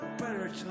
better